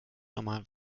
normal